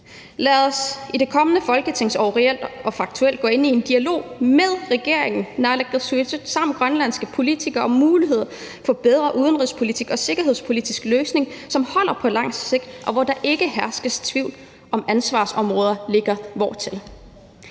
Lad os i det kommende folketingsår reelt og faktuelt gå ind i en dialog med regeringen, naalakkersuisut og grønlandske politikere, om muligheder for en bedre udenrigspolitisk og sikkerhedspolitisk løsning, som holder på lang sigt, og hvor der ikke hersker tvivl om, hvor ansvarsområder hører til.